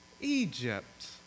Egypt